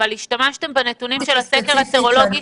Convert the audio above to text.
אבל השתמשתם בנתונים של הסקר הסרולוגי